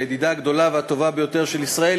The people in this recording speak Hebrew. הידידה הגדולה והטובה ביותר של ישראל,